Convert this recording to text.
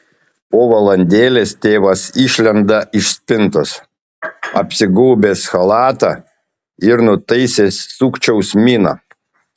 po valandėlės tėvas išlenda iš spintos apsigaubęs chalatu ir nutaisęs sukčiaus miną